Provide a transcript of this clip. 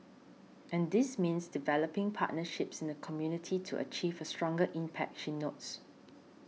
and this means developing partnerships in the community to achieve a stronger impact she notes